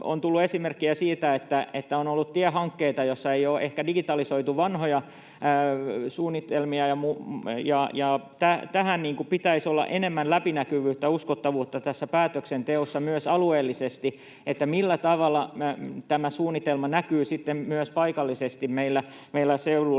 On tullut esimerkkejä siitä, että on ollut tiehankkeita, joissa ei ole ehkä digitalisoitu vanhoja suunnitelmia. Tässä päätöksenteossa pitäisi olla enemmän läpinäkyvyyttä ja uskottavuutta myös alueellisesti, millä tavalla tämä suunnitelma näkyy paikallisesti meillä seuduilla,